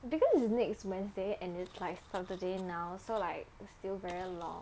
because is next wednesday and it's like saturday now so like still very long